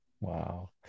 Wow